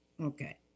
Okay